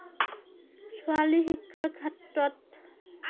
ছোৱালী শিক্ষাৰ ক্ষেত্ৰত